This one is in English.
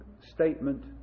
statement